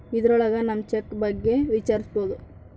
ಇದ್ರೊಳಗ ನಮ್ ಚೆಕ್ ಬಗ್ಗೆ ವಿಚಾರಿಸ್ಬೋದು